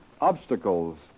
Obstacles